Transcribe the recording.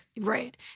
Right